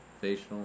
facial